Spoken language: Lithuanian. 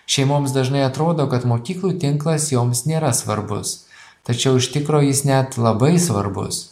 šeimoms dažnai atrodo kad mokyklų tinklas joms nėra svarbus tačiau iš tikro jis net labai svarbus